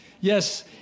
Yes